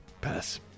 Pass